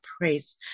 praise